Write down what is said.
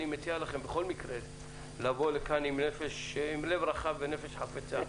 אני מציע לכם בכל מקרה לבוא לכאן בלב רחב ובנפש חפצה.